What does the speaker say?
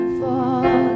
fall